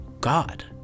God